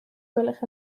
gwelwch